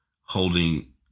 holding